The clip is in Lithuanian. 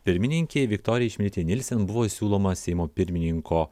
pirmininkei viktorijai čmilytei nilsen buvo siūlomas seimo pirmininko